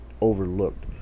overlooked